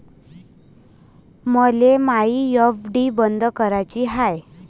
मले मायी एफ.डी बंद कराची हाय